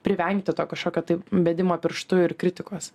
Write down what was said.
privengti to kažkokio tai bedimo pirštu ir kritikos